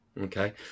Okay